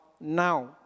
now